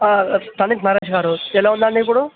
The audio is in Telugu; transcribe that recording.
పని చేసి మానేసినారు ఎలా ఉందండి ఇప్పుడు